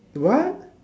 what